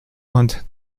und